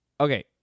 Okay